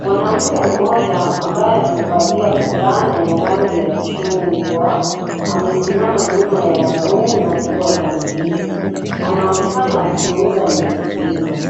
Mwanamke mmoja ambaye amevalia fulana ya rangi ya chungwa, amesimama nyuma ya rundo kubwa la ndizi. Anaonekana akiuza ndizi hizo.